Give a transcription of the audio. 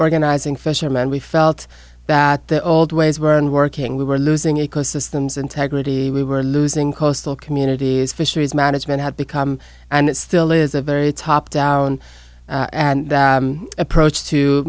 organizing fisherman we felt that the old ways were in working we were losing ecosystems integrity we were losing coastal communities fisheries management had become and it still is a very top down approach to